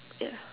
yeah